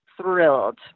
thrilled